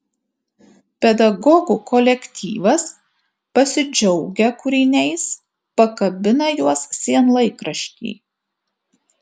pedagogų kolektyvas pasidžiaugia kūriniais pakabina juos sienlaikrašty